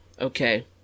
Okay